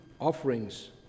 offerings